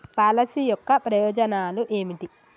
Policy యొక్క ప్రయోజనాలు ఏమిటి?